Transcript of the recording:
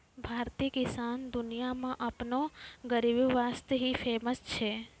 भारतीय किसान दुनिया मॅ आपनो गरीबी वास्तॅ ही फेमस छै